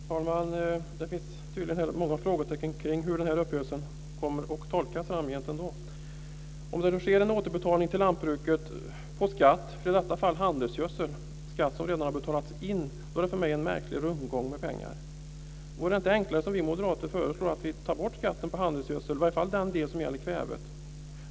Fru talman! Det finns tydligen många frågetecken kring hur den här uppgörelsen kommer att tolkas av allmänheten. Om det nu sker en återbetalning till lantbruket av skatt för i detta fall handelsgödsel, skatt som redan har betalats in, är det för mig en märklig rundgång med pengar. Vore det inte enklare att, som vi moderater föreslå, ta bort skatten på handelsgödsel, i varje fall den del som gäller kvävet?